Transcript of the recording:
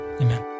Amen